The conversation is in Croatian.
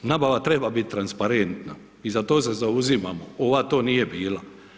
Nabava treba biti transparentna i za to se zauzimamo, ova to nije bila.